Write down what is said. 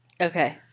Okay